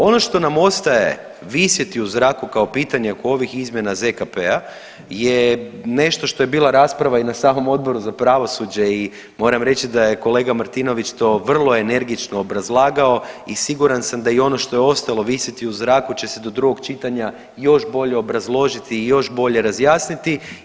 Ono što nam ostaje visjeti u zraku kao pitanje oko ovih izmjena ZKP-a je nešto što je bila rasprava i na samom Odboru za pravosuđe i moram reći da je kolega Martinović to vrlo energično obrazlagao i siguran sam da i ono što je ostalo visiti u zraku će se do drugog čitanja još bolje obrazložiti i još bolje razjasniti.